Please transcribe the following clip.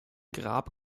grab